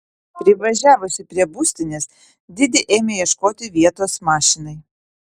privažiavusi prie būstinės didi ėmė ieškoti vietos mašinai